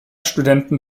studenten